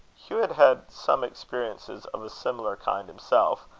hugh had had some experiences of a similar kind himself,